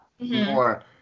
more